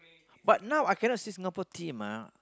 but now I can not see Singapore team ah